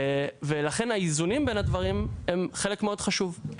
לכן האיזונים בין הדברים הם חלק מאוד חשוב.